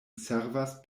servas